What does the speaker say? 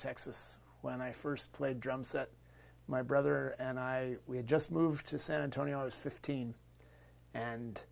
texas when i first played drums my brother and i we had just moved to san antonio i was fifteen and